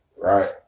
right